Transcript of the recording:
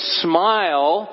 smile